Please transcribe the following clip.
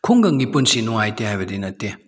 ꯈꯨꯡꯒꯪꯒꯤ ꯄꯨꯟꯁꯤ ꯅꯨꯡꯉꯥꯏꯇꯦ ꯍꯥꯏꯕꯗꯤ ꯅꯠꯇꯦ